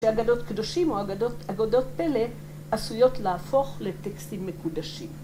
‫שאגדות קדושים או אגדות פלא ‫עשויות להפוך לטקסטים מקודשים.